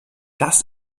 das